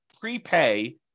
prepay